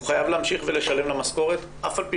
הוא חייב להמשיך לשלם לה משכורת אף על פי